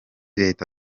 leta